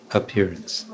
appearance